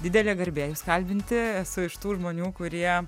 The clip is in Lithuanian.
didelė garbė jus kalbinti esu iš tų žmonių kurie